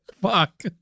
Fuck